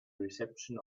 reception